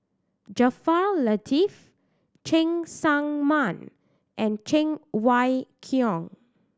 Jaafar Latiff Cheng Tsang Man and Cheng Wai Keung